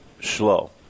slow